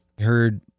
heard